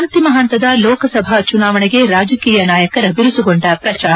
ಅಂತಿಮ ಹಂತದ ಲೋಕಸಭಾ ಚುನಾವಣೆಗೆ ರಾಜಕೀಯ ನಾಯಕರ ಬಿರುಸುಗೊಂಡ ವ್ರಚಾರ